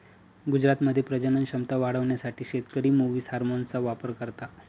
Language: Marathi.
गुरांमध्ये प्रजनन क्षमता वाढवण्यासाठी शेतकरी मुवीस हार्मोनचा वापर करता